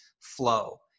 flow